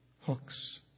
hooks